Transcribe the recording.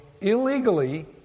illegally